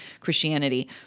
Christianity